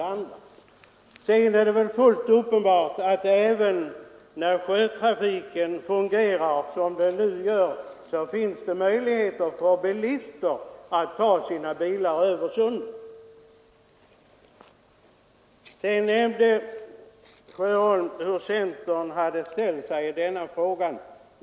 Sedan är det väl fullt uppenbart att när sjötrafiken fungerar som den nu gör, finns möjligheter för bilister att ta sina bilar över sundet. Herr Sjöholm nämnde hur centern ställt sig i denna fråga.